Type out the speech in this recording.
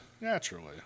Naturally